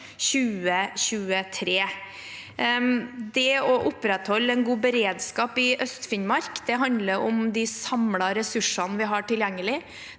2023. Det å opprettholde en god beredskap i Øst-Finnmark handler om de samlede ressursene vi har tilgjengelig.